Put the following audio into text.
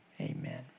Amen